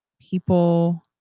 people